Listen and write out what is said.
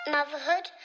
Motherhood